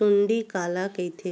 सुंडी काला कइथे?